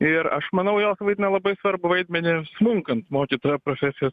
ir aš manau jos vaidina labai svarbų vaidmenį smunkant mokytojo profesijos